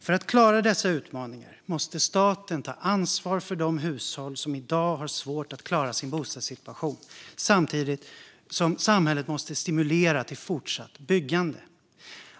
För att klara dessa utmaningar måste staten ta ansvar för de hushåll som i dag har svårt att klara sin bostadssituation, samtidigt som samhället måste stimulera till fortsatt byggande.